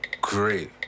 great